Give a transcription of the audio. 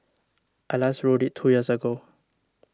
I last rode it two years ago